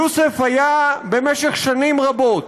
יוסף היה במשך שנים רבות